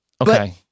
Okay